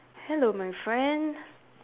hello my friend